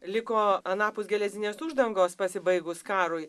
liko anapus geležinės uždangos pasibaigus karui